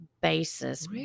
basis